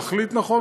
להחליט נכון,